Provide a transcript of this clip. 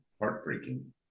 heartbreaking